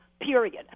period